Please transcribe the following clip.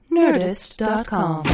Nerdist.com